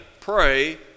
pray